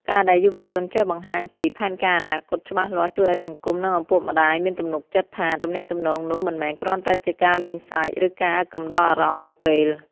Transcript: ការដែលយុវជនចេះបង្ហាញពី "ផែនការអនាគត" ច្បាស់លាស់ ជួយឱ្យសង្គម និងឪពុកម្ដាយមានទំនុកចិត្តថា ទំនាក់ទំនងនោះមិនមែនគ្រាន់តែជាការលេងសើច ឬការកំដរអារម្មណ៍មួយពេល។